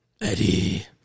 Eddie